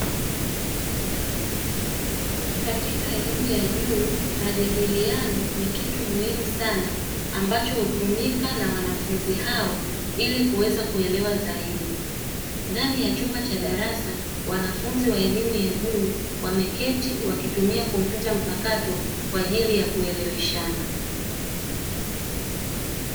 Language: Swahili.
Katika elimu ya juu majadiliano ni kitu muhimu sana ambacho hutumika na wanafunzi hao ili kuweza kuelewa zaidi. Ndani ya chumba cha darasa, wanafunzi wa elimu ya juu wameketi wakitumia kompyuta mpakato kwa ajili ya kueleweshana.